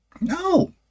No